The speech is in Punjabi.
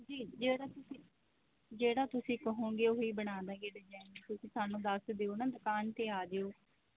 ਜੀ ਜਿਹੜਾ ਤੁਸੀਂ ਜਿਹੜਾ ਤੁਸੀਂ ਕਹੋਂਗੇ ਉਹੀ ਬਣਾ ਦਾਂਗੇ ਡਿਜ਼ਾਇਨ ਤੁਸੀਂ ਸਾਨੂੰ ਦੱਸ ਦਿਓ ਨਾ ਦੁਕਾਨ 'ਤੇ ਆ ਜਿਓ